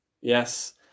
yes